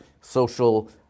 social